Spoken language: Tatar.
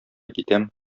китәм